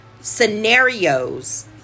scenarios